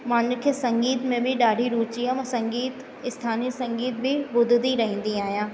मांखे मूंखे संगीत में बि ॾाढी रुचि आहे संगीत स्थानिय संगीत बि ॿुधंदी रहंदी आहियां